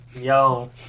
yo